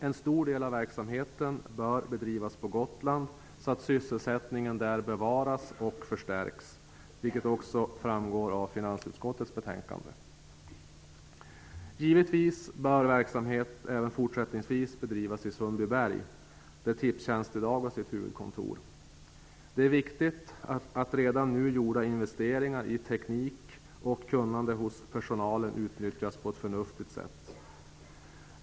En stor del av verksamheten bör bedrivas på Gotland, så att sysselsättningen där bevaras och förstärks, vilket också framgår av finansutskottets betänkande. Givetvis bör verksamhet även fortsättningsvis bedrivas i Sundbyberg, där Tipstjänst i dag har sitt huvudkontor. Det är viktigt att redan gjorda investeringar i teknik och kunnande hos personalen utnyttjas på ett förnuftigt sätt.